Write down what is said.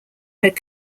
had